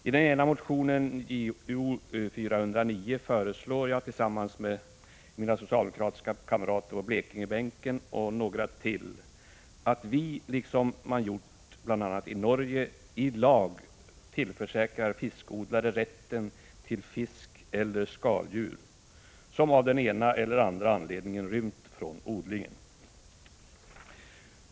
I den ena motionen, Jo409, föreslår jag tillsammans med mina socialdemokratiska kamrater på Blekingebänken och några till att vi, liksom man gjort i Norge, i lag tillförsäkrar fiskodlare rätt till fisk eller skaldjur, som av den ena eller den andra anledningen rymt från odlingen.